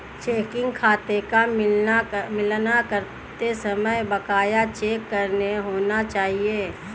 Checking खाते का मिलान करते समय बकाया चेक कितने होने चाहिए?